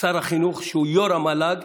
שר החינוך, שהוא יו"ר המל"ג.